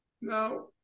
Now